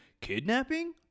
kidnapping